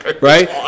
right